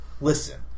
Listen